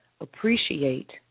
appreciate